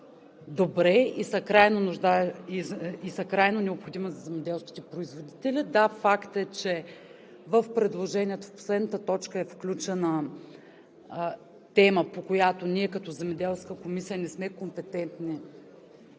добре и са крайно необходими за земеделските производители. Да, факт е, че в предложението, в последната точка е включена тема, по която ние, като Земеделска комисия, не сме компетентни